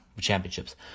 championships